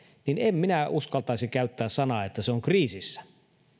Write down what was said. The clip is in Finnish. niin en minä uskaltaisi käyttää sanaa että se on kriisissä